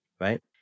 Right